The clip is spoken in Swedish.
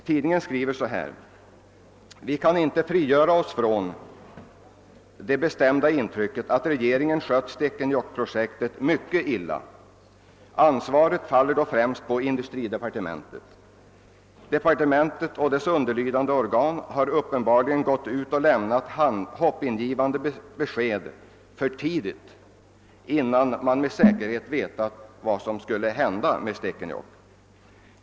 Tidningen skriver bl.a.: » Vi kan inte frigöra oss från det bestämda intrycket att regeringen skött Stekenjokk-projektet mycket illa. Ansvaret faller då främst på industridepartementet. Departementet och dess underlydande organ har uppenbarligen gått ut och lämnat hoppingivande besked för tidigt, innan man med säkerhet vetat vad som skulle hända med Stekenjokk.